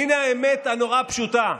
הינה האמת הנורא-פשוטה: